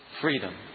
freedom